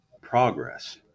progress